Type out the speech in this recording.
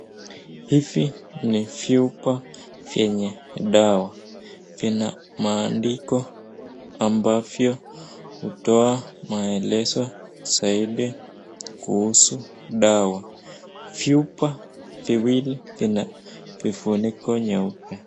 Hivi ni vyupa vyenye dawa vina maandiko ambavyo hutoa maelezo zaidi kuhusu dawa, vyupa viwili zina vifuniko nyeupe.